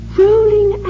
rolling